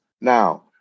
Now